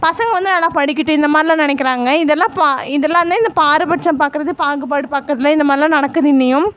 பசங்க வந்து நல்லா படிக்கிட்டும் இந்த மாதிரில்லாம் நினைக்கிறாங்க இது எல்லாம் பா இது எல்லாமே இந்த பாரபட்சம் பார்க்கறது பாகுபாடு பார்க்கறதுலே இந்த மாதிரில்லாம் நடக்குது இன்றையும்